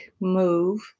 move